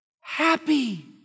Happy